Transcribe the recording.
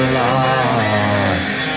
lost